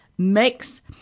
mix